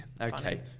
Okay